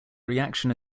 reaction